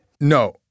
No